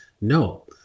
No